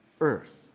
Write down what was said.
earth